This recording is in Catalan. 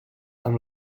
amb